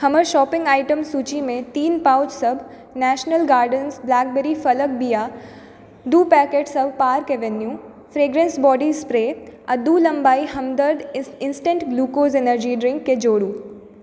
हमर shopping item सूचीमे तीन पाउचसभ नैशनल गार्डन्स ब्लैकबेरी फलक बिआ दू पैकेटसभ park avenue fragrance body spray आ दू लम्बाई हमदर्द इंसटेंट ग्लूकोज एनर्जी ड्रिंककें जोडू